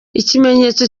ikimenyetso